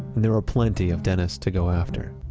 and there were plenty of dentists to go after.